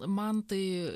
man tai